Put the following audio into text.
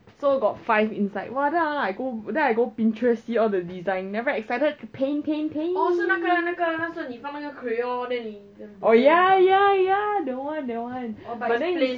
so got five inside !wah! then I then I go pinterest see all the design then I very excited to paint paint paint oh ya ya ya that one that one